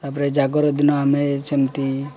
ତା'ପରେ ଜାଗର ଦିନ ଆମେ ସେମିତି